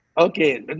okay